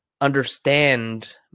understand